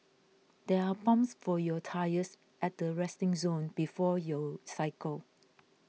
there are pumps for your tyres at the resting zone before you cycle